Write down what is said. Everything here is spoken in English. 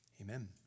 Amen